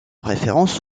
référence